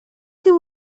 can